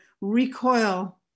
recoil